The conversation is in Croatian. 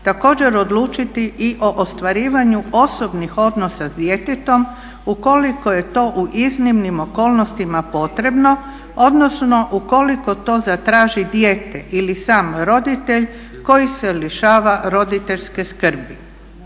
također odlučiti i o ostvarivanju osobnih odnosa sa djetetom ukoliko je to u iznimnim okolnostima potrebno odnosno ukoliko to zatraži dijete ili sam roditelj koji se lišava roditeljske skrbi.